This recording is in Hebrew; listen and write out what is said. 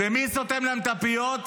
מי סותם להם את הפיות?